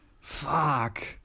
Fuck